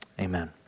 amen